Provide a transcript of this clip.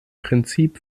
prinzip